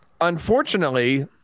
Unfortunately